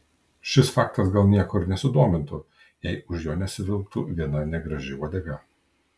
šis faktas gal nieko ir nesudomintų jei už jo nesivilktų viena negraži uodega